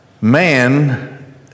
Man